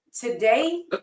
today